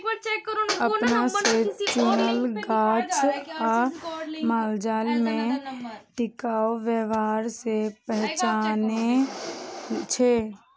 अपना से चुनल गाछ आ मालजाल में टिकाऊ व्यवहार से पहचानै छै